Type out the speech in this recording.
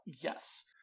yes